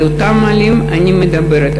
על אותם עולים אני מדברת.